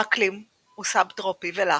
האקלים הוא סובטרופי ולח,